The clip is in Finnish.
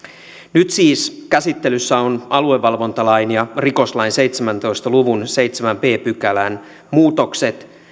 nyt siis käsittelyssä ovat aluevalvontalain ja rikoslain seitsemäntoista luvun seitsemännen b pykälän muutokset